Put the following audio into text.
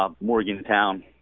Morgantown